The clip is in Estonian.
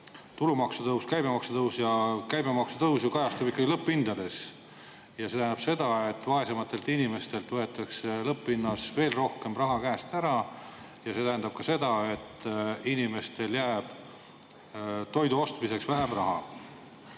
tulumaksu tõus, käibemaksu tõus. Käibemaksu tõus kajastub ikkagi lõpphindades. See tähendab seda, et vaesematelt inimestelt võetakse lõpphinnaga veel rohkem raha käest ära. See tähendab ka seda, et inimestel jääb toidu ostmiseks vähem raha. Aga